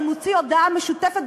גם נוציא הודעה משותפת,